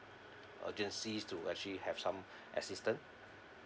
urgency to actually have some assistance